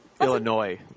Illinois